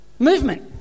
Movement